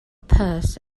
purse